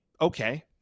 Okay